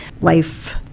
life